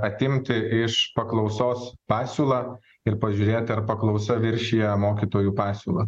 atimti iš paklausos pasiūlą ir pažiūrėti ar paklausa viršija mokytojų pasiūlą